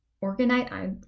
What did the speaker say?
organize